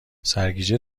سرگیجه